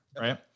right